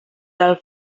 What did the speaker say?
del